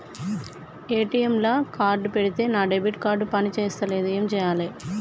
ATM లా card పెడితే నా డెబిట్ కార్డ్ పని చేస్తలేదు ఏం చేయాలే?